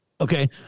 Okay